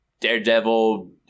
Daredevil